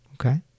Okay